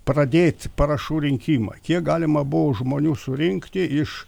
pradėt parašų rinkimą kiek galima buvo žmonių surinkti iš